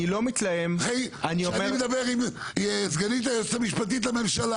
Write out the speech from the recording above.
כשאני מדבר עם המשנה ליועצת המשפטית לממשלה